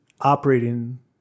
operating